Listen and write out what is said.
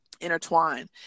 intertwine